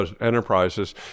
enterprises